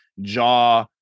Jaw